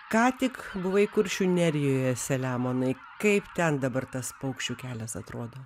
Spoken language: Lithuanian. ką tik buvai kuršių nerijoje selemonai kaip ten dabar tas paukščių kelias atrodo